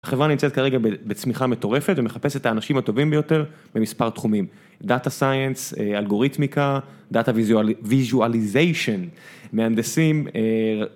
החברה נמצאת כרגע בצמיחה מטורפת ומחפשת האנשים הטובים ביותר במספר תחומים, Data Science, Algorithmica, Data Visualization, מהנדסים.